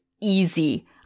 easy